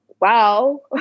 wow